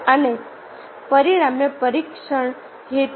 અને પરિણામ પરીક્ષણ હતું